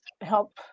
help